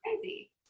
crazy